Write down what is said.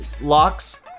locks